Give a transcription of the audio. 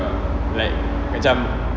like macam